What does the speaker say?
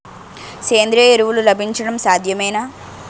సేంద్రీయ ఎరువులు లభించడం సాధ్యమేనా?